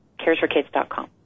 CaresForKids.com